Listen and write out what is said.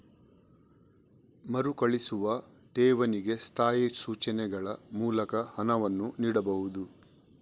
ಮರುಕಳಿಸುವ ಠೇವಣಿಗೆ ಸ್ಥಾಯಿ ಸೂಚನೆಗಳ ಮೂಲಕ ಹಣವನ್ನು ನೀಡಬಹುದು